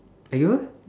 lagi berapa